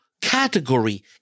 category